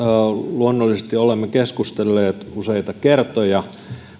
luonnollisesti olemme keskustelleet useita kertoja